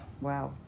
Wow